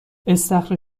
استخر